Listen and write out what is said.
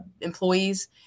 employees